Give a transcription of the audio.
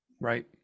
right